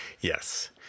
Yes